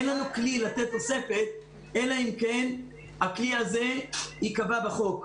אין לנו כלי לתת תוספת אלא אם כן הכלי הזה ייקבע בחוק.